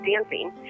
dancing